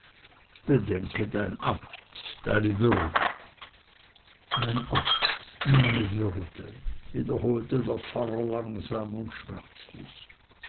bedenke dein amt deine würde mein amt meine würde wiederholte der pfarrer langsam und schmerzlich